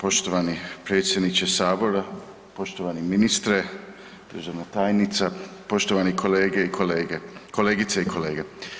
Poštovani predsjedniče sabora, poštovani ministre, državna tajnica, poštovani kolege i kolege, kolegice i kolege.